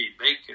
bacon